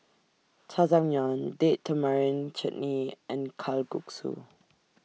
Jajangmyeon Date Tamarind Chutney and Kalguksu